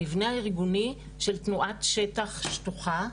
המבנה הארגוני של תנועת שטח שטוחה,